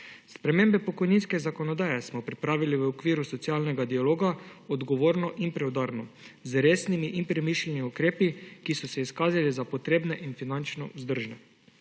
Spremembe pokojninske zakonodaje smo pripravili v okviru socialnega dialoga odgovorno in preudarno, z resnimi in premišljenimi ukrepi, ki so se izkazali za potrebne in finančno vzdržne.